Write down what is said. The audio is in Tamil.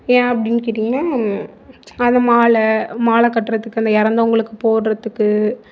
ஏன் அப்படின் கேட்டிங்கன்னா அந்த மாலை மாலை கட்டுறத்துக்கு அந்த இறந்தவுங்களுக்கு போடுறதுக்கு